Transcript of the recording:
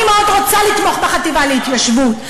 אני מאוד רוצה לתמוך בחטיבה להתיישבות,